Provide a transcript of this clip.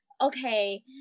Okay